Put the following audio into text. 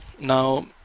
Now